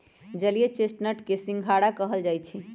जलीय चेस्टनट के सिंघारा कहल जाई छई